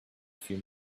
few